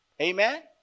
Amen